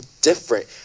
different